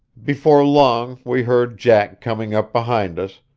before long we heard jack coming up behind us,